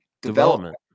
development